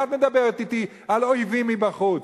מה את מדברת אתי על אויבים מבחוץ?